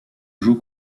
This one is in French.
joue